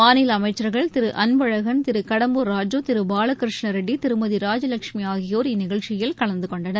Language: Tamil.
மாநில அமைச்சர்கள் திரு அன்பழகன் திரு கடம்பூர் ராஜு திரு பாலகிருஷ்ண ரெட்டி திருமதி ராஜலஷ்மி ஆகியோர் இந்நிகழ்ச்சியில் கலந்து கொண்டனர்